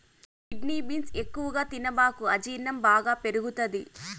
kidney beans ఎక్కువగా తినబాకు అజీర్ణం బాగా పెరుగుతది